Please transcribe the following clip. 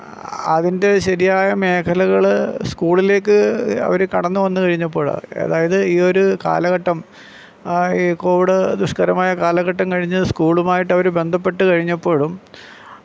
അതിൻ്റെ ശരിയായ മേഖലകൾ സ്കൂളിലേക്ക് അവർ കടന്നു വന്ന് കഴിഞ്ഞപ്പോഴ് അതായത് ഈ ഒരു കാലഘട്ടം ഈ കോവിഡ് ദുഷ്കരമായ കാലഘട്ടം കഴിഞ്ഞ് സ്കൂളുമായിട്ട് അവർ ബന്ധപ്പെട്ട് കഴിഞ്ഞപ്പോഴും